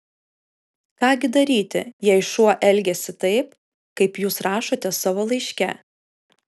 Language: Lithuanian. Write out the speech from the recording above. ką gi daryti jei šuo elgiasi taip kaip jūs rašote savo laiške